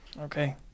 Okay